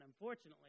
unfortunately